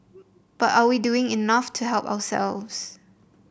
but are we doing enough to help ourselves